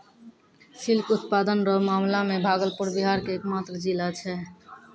silk उत्पादन रो मामला मे भागलपुर बिहार के एकमात्र जिला छै